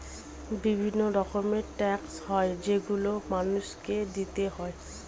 বিভিন্ন রকমের ট্যাক্স হয় যেগুলো মানুষকে দিতে হয়